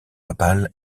papale